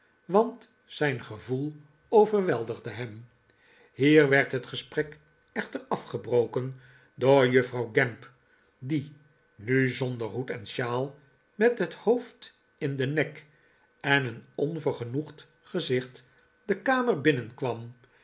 want zijn gevoel oyerweldigde hem hier werd het gesprek echter afgebroken door juffrouw gamp die nu zonder hoed en shawl met het hoofd in den nek en een onvergenoegd gezicht de kamer binnenkwam